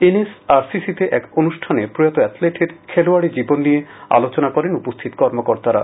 N S R C সিতে এক অনুষ্ঠানে প্রয়াত এথলেটের খেলোয়াডী জীবন নিয়ে আলোচনা করেন উপস্থিত কর্মকর্তারা